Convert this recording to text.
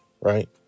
right